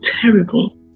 terrible